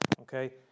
okay